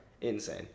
Insane